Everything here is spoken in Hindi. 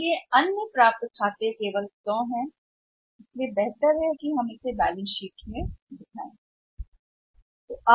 इसलिए अन्य खाते प्राप्य 100 हैं केवल इसलिए यह हमेशा बेहतर होता है और हम इसे शेष राशि में दर्शाते हैं शीट आपने सभी बैलेंस शीट देखी होगी